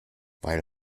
weil